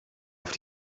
auf